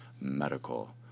medical